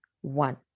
one